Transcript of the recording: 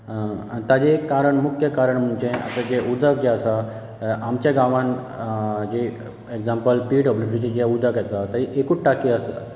आ ताजें एक कारण मुख्य कारण म्हणजे आतां जें उदक जें आसा आमच्या गांवांत जें एग्जाम्पल पिडब्ल्युडीचें जें उदक येता तें एकूच टाकी आसा